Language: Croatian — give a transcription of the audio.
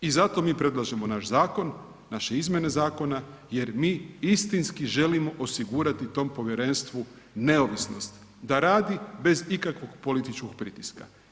I zato mi predlažemo naš zakon, naše izmjene zakona jer mi istinski želimo osigurati tom povjerenstvu neovisnost, da radi bez ikakvog političkog pritiska.